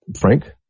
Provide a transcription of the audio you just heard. Frank